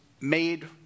made